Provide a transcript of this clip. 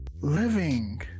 living